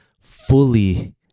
fully